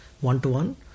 one-to-one